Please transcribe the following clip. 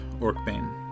Orkbane